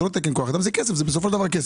זה לא תקן כוח אדם אלא בסופו של דבר כסף.